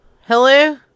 Hello